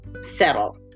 settle